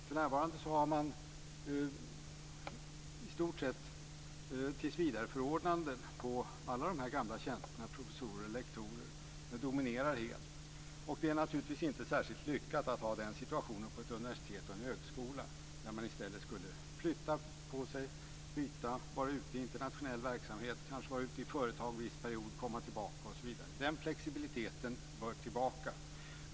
För närvarande har man i stort sett tillsvidareförordnanden på alla de här gamla tjänsterna - professorer och lektorer. De dominerar helt. Det är naturligtvis inte särskilt lyckat att ha den situationen på ett universitet och en högskola, där man i stället skulle flytta på sig, byta och vara ute i internationell verksamhet. Man kanske också borde vara ute i företag en viss period och sedan komma tillbaka osv. Den flexibiliteten bör komma tillbaka.